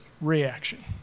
reaction